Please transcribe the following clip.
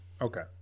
okay